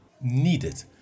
needed